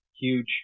huge